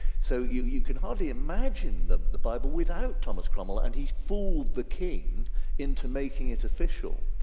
so you you can hardly imagine that the bible without thomas cromwell and he fooled the king into making it official,